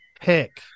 pick